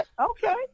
Okay